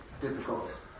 difficult